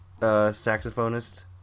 saxophonist